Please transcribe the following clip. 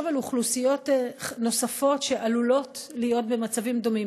על אוכלוסיות נוספות שעלולות להיות במצבים דומים?